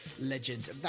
legend